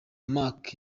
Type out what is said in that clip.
mark